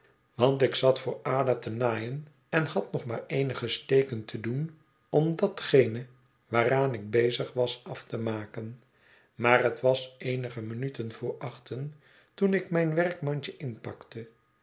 want ik zat voor ada te naaien en had nog maar eenige steken te doen om datgene waaraan ik bezig was af te maken maar het was eenige minuten voor achten toen ik mijn werkmandje inpakte